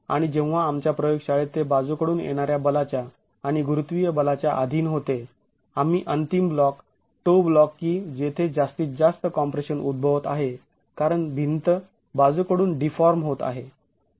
आणि जेव्हा आमच्या प्रयोगशाळेत ते बाजूकडून येणाऱ्या बलाच्या आणि गुरुत्वीय बलाच्या आधीन होते अंतिम ब्लॉक टो ब्लॉक की जेथे जास्तीत जास्त कॉम्प्रेशन उद्भवत आहे कारण भिंत बाजूकडून डीफॉर्म होत आहे